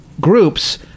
groups